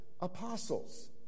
apostles